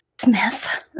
Smith